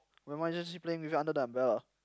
nevermind just keep playing with under the umbrella